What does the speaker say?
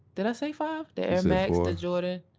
did i say five. the air max, the jordan,